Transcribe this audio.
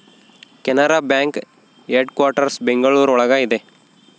Canara bank headquarters Bengaluru ಒಳಗ ಇದೆ